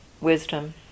wisdom